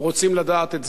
רוצים לדעת את זה,